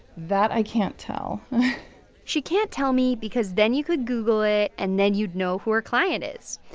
that i can't tell she can't tell me because then you could google it, and then you'd know who her client is.